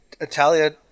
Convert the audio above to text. Italia